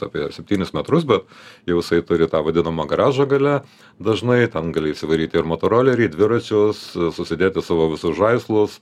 apie septynis metrus bet jau jisai turi tą vadinamą garažą gale dažnai ten gali įsivaryti ir motorolerį dviračius susidėti savo visus žaislus